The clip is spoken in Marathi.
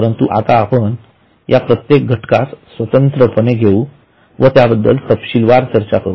परंतु आता आपण या प्रत्येक घटकास स्वतंत्रपणे घेऊ व त्याबद्दल तपशीलवार चर्चा करू